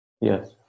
Yes